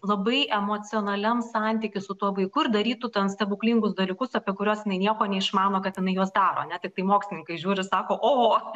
labai emocionaliam santyky su tuo vaiku ir darytų ten stebuklingus dalykus apie kuriuos jinai nieko neišmano kad jinai juos daro ane tiktai mokslininkai žiūri sako oho